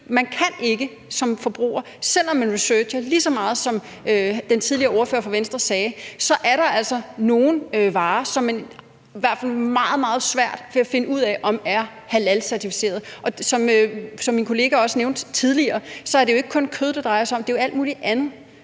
om man som forbruger researcher lige så meget, som ordføreren fra Venstre tidligere var inde på, så er der altså nogle varer, som man i hvert fald har meget, meget svært ved at finde ud af om er halalcertificerede. Som min kollega også nævnte tidligere, er det jo ikke kun kød, det drejer sig om. Det er også alt muligt andet